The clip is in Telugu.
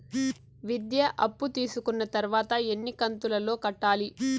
విద్య అప్పు తీసుకున్న తర్వాత ఎన్ని కంతుల లో కట్టాలి?